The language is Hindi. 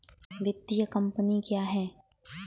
वित्तीय कम्पनी क्या है?